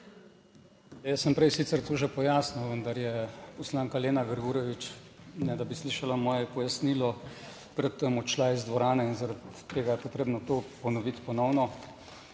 Jaz sem prej sicer to že pojasnil, vendar je poslanka Lena Grgurevič, ne da bi slišala moje pojasnilo, pred tem odšla iz dvorane in zaradi tega je potrebno to ponoviti. Ponovno